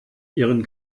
ihren